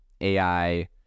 AI